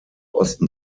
osten